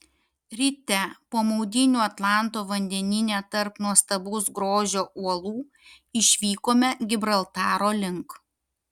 ryte po maudynių atlanto vandenyne tarp nuostabaus grožio uolų išvykome gibraltaro link